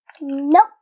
Nope